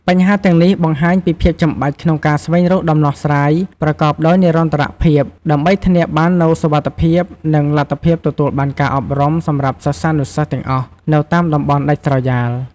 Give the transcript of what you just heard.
បញ្ហាទាំងនេះបង្ហាញពីភាពចាំបាច់ក្នុងការស្វែងរកដំណោះស្រាយប្រកបដោយនិរន្តរភាព ដើម្បីធានាបាននូវសុវត្ថិភាព និងលទ្ធភាពទទួលបានការអប់រំសម្រាប់សិស្សានុសិស្សទាំងអស់នៅតាមតំបន់ដាច់ស្រយាល។